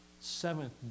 seventh